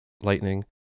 Lightning